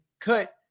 cut